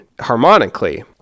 harmonically